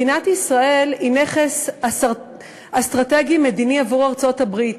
מדינת ישראל היא נכס אסטרטגי-מדיני עבור ארצות-הברית.